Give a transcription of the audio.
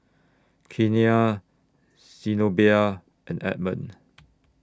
Keanna Zenobia and Edmund